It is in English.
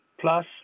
plus